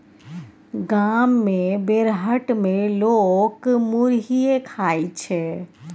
गाम मे बेरहट मे लोक मुरहीये खाइ छै